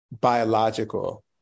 biological